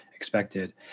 expected